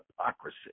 hypocrisy